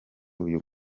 uyu